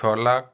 ছ লাখ